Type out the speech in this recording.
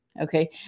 Okay